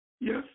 yes